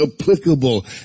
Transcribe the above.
applicable